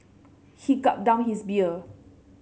he gulped down his beer